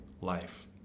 life